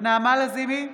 נעמה לזימי,